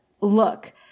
look